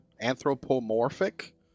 anthropomorphic